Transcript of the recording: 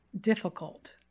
difficult